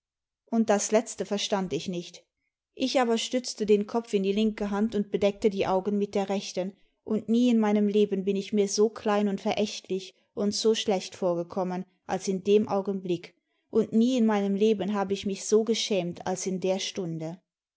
und das letzte verstand ich nicht ich aber stützte den kopf in die linke hand und bedeckte die augen mit der rechten und nie in meinem leben bin ich mir so klein und verächtlich imd so schlecht vorgekommen als in dem augenblick und nie in meinem leben hab ich mich so geschämt als in der stimde